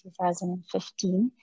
2015